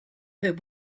her